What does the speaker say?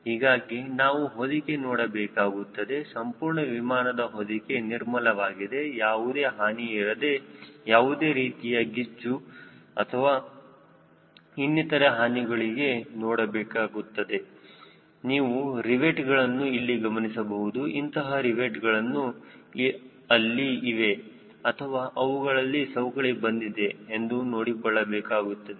ಹೀಗಾಗಿ ನಾವು ಹೊದಕೆ ನೋಡಬೇಕಾಗುತ್ತದೆ ಸಂಪೂರ್ಣ ವಿಮಾನದ ಹೊದುಕೆ ನಿರ್ಮಲವಾಗಿದೆ ಯಾವುದು ಹಾನಿ ಇರದೆ ಯಾವುದೇ ರೀತಿಯ ಗೀಚು ಮತ್ತು ಇನ್ನಿತರೆ ಹಾನಿಗಳಿಗೆ ನೋಡಿಕೊಳ್ಳಬೇಕಾಗುತ್ತದೆ ನೀವು ರಿವೆಟ್ ಗಳನ್ನು ಇಲ್ಲಿ ಗಮನಿಸಬಹುದು ಇಂತಹ ರಿವೆಟ್ ಗಳನ್ನು ಅಲ್ಲಿ ಇವೆ ಅಥವಾ ಅವುಗಳಲ್ಲಿ ಸವಕಳಿ ಬಂದಿದೆ ಎಂದು ನೋಡಿಕೊಳ್ಳಬೇಕಾಗುತ್ತದೆ